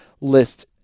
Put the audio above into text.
list